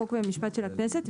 חוק ומשפט של הכנסת,